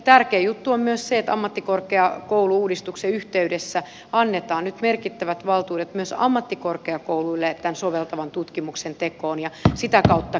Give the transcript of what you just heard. tärkeä juttu on myös se että ammattikorkeakoulu uudistuksen yhteydessä annetaan nyt merkittävät valtuudet myös ammattikorkeakouluille tämän soveltavan tutkimuksen tekoon ja sitä kautta